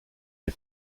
les